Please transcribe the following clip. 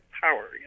power